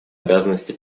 обязанности